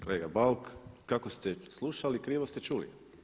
Kolega Bauk, kako ste slušali krivo ste čuli.